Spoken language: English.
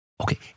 Okay